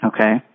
Okay